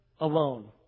alone